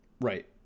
Right